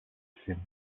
sienne